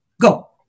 go